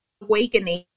awakening